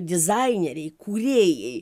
dizaineriai kūrėjai